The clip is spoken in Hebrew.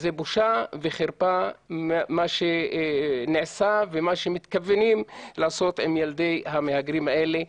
זו בושה וחרפה מה שנעשה ומה שמתכוונים לעשות עם ילדי המהגרים האלה.